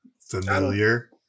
Familiar